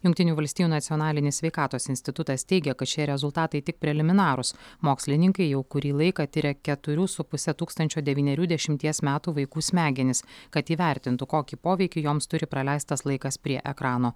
jungtinių valstijų nacionalinis sveikatos institutas teigia kad šie rezultatai tik preliminarūs mokslininkai jau kurį laiką tiria keturių su puse tūkstančio devynerių dešimties metų vaikų smegenis kad įvertintų kokį poveikį joms turi praleistas laikas prie ekrano